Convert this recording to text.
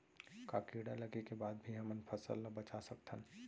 का कीड़ा लगे के बाद भी हमन फसल ल बचा सकथन?